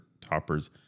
Topper's